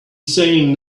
saying